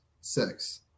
Six